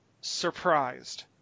surprised